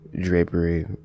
drapery